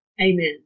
Amen